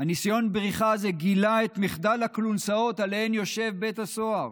ניסיון הבריחה הזה גילה את מחדל הכלונסאות שעליהן יושב בית הסוהר,